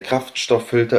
kraftstofffilter